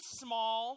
small